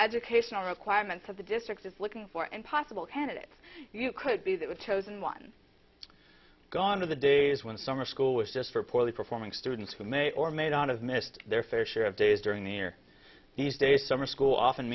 educational requirements of the district is looking for and possible candidates you could be that was chosen one gone are the days when summer school was just for poorly performing students who may or may not have missed their fair share of days during the year these days summer school often